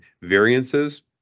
variances